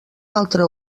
altre